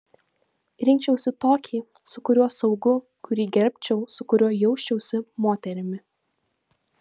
rinkčiausi tokį su kuriuo saugu kurį gerbčiau su kuriuo jausčiausi moterimi